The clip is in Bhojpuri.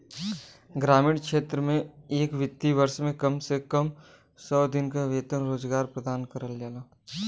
ग्रामीण क्षेत्र में एक वित्तीय वर्ष में कम से कम सौ दिन क वेतन रोजगार प्रदान करल जाला